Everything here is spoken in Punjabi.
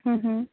ਹਮ ਹਮ